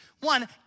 One